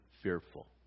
fearful